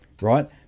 right